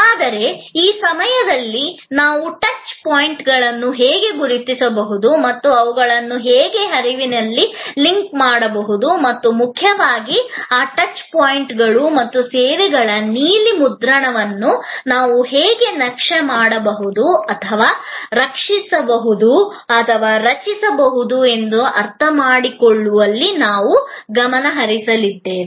ಆದರೆ ಈ ಸಮಯದಲ್ಲಿ ನಾವು ಟಚ್ ಪಾಯಿಂಟ್ಗಳನ್ನು ಹೇಗೆ ಗುರುತಿಸಬಹುದು ಮತ್ತು ಅವುಗಳನ್ನು ನಾವು ಹೇಗೆ ಹರಿವಿನಲ್ಲಿ ಲಿಂಕ್ ಮಾಡಬಹುದು ಮತ್ತು ಮುಖ್ಯವಾಗಿ ಆ ಟಚ್ ಪಾಯಿಂಟ್ಗಳು ಮತ್ತು ಸೇವೆಗಳ ನೀಲಿ ಮುದ್ರಣವನ್ನು ನಾವು ಹೇಗೆ ನಕ್ಷೆ ಮಾಡಬಹುದು ಅಥವಾ ರಚಿಸಬಹುದು ಎಂಬುದನ್ನು ಅರ್ಥಮಾಡಿಕೊಳ್ಳುವಲ್ಲಿ ನಾವು ಗಮನ ಹರಿಸಲಿದ್ದೇವೆ